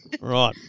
Right